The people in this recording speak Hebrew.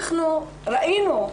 אנחנו ראינו,